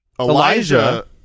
Elijah